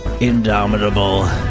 indomitable